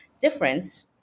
difference